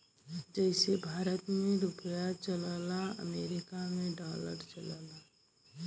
जइसे भारत मे रुपिया चलला अमरीका मे डॉलर चलेला